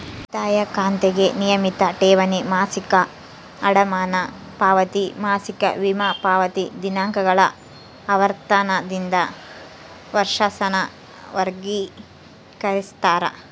ಉಳಿತಾಯ ಖಾತೆಗೆ ನಿಯಮಿತ ಠೇವಣಿ, ಮಾಸಿಕ ಅಡಮಾನ ಪಾವತಿ, ಮಾಸಿಕ ವಿಮಾ ಪಾವತಿ ದಿನಾಂಕಗಳ ಆವರ್ತನದಿಂದ ವರ್ಷಾಸನ ವರ್ಗಿಕರಿಸ್ತಾರ